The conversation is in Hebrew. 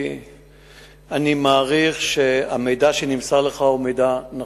אני מעריך שהמידע שנמסר לך הוא מידע נכון.